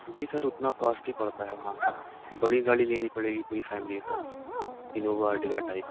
جی sir اتنا cost ہی پڑتا ہے وہاں کا بڑی گاڑی لینی پڑے گی پوری فیملی ہے سر انووا ارٹیگا ٹائپ